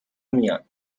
میان